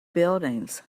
buildings